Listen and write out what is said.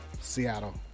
Seattle